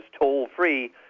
toll-free